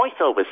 voiceover